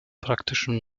praktischen